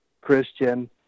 Christian